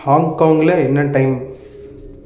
ஹாங்காங்கில் என்ன டைம்